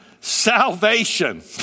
salvation